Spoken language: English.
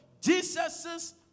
Jesus